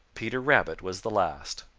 peter rabbit was the last.